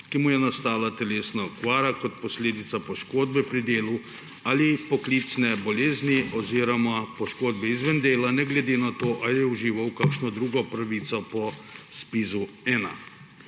ki mu je nastala telesna okvara kot posledica poškodbe pri delu ali poklicne bolezni oziroma poškodbe izven dela, ne glede na to, ali je užival kakšno drugo pravico po ZPIZ-1.